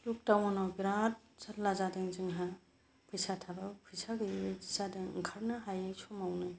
लक डाउनाव बेराद जारला जादों जोंहा फैसा थाब्लाबो फैसा गोयै बायदि जादों ओंखारनो हायै समावनो